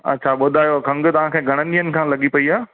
अच्छा ॿुधायो खंघु तव्हांखे घणनि ॾींहनि खां लॻी पई आहे